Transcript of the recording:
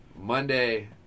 Monday